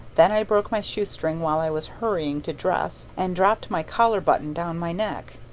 then i broke my shoestring while i was hurrying to dress and dropped my collar button down my neck.